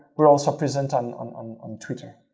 we're also presenting on um um twitter.